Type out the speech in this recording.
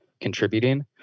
contributing